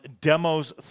Demos